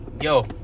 Yo